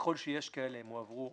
ככל שיש כאלה, הן יועברו